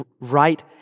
right